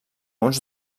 uns